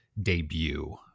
debut